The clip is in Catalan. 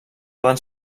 poden